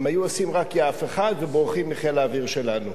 הם היו עושים רק יעף אחד ובורחים מחיל האוויר שלנו.